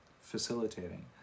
facilitating